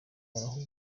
baharugwa